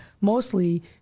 mostly